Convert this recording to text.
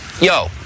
yo